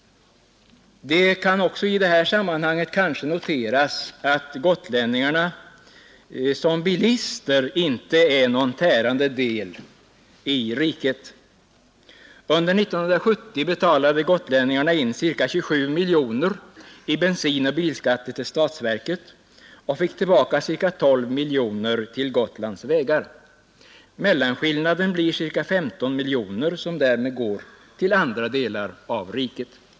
I sammanhanget kan kanske noteras att gotlänningarna som bilister inte är någon tärande del bland bilägarna. Under 1970 betalade gotlänningarna in ca 27 miljoner kronor i bensinoch bilskatter till statsverket och fick tillbaka ca 12 miljoner kronor till Gotlands vägar. Mellanskillnaden blir ca 15 miljoner kronor, som därmed går till andra delar av riket.